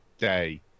day